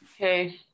Okay